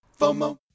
FOMO